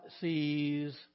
Sees